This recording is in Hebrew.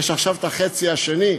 יש עכשיו החצי השני,